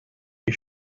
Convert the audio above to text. ich